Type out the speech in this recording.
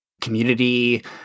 community